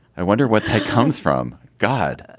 i wonder what comes from god